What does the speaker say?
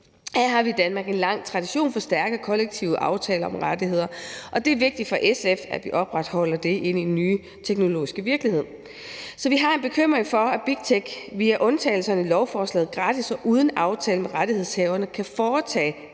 Her har vi i Danmark en lang tradition for stærke kollektive aftaler om rettigheder, og det er vigtigt for SF, at vi opretholder det i den nye teknologiske virkelighed. Så vi har en bekymring for, at bigtech via undtagelserne i lovforslaget gratis og uden aftale med rettighedshaverne kan foretage